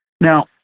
Now